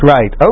Right